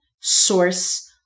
source